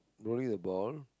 rolling the ball